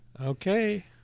Okay